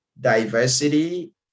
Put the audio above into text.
diversity